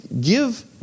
give